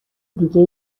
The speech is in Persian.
دیگه